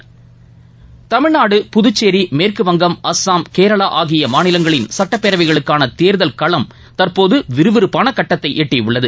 தமிழ்நாடு புதுச்சேரி மேற்குவங்கம் அஸ்ஸாம் கேரள மாநில சட்டப்பேரவைகளுக்கான தேர்தல் களம் தற்போது விறுவிறுப்பான கட்டத்தை எட்டியுள்ளது